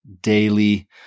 daily